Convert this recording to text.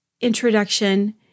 introduction